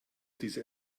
dieser